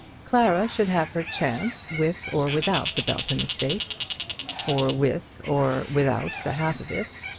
clara should have her chance with or without the belton estate or with or without the half of it.